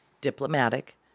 diplomatic